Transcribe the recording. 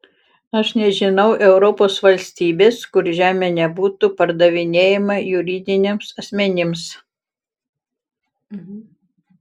aš nežinau europos valstybės kur žemė nebūtų pardavinėjama juridiniams asmenims